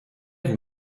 vous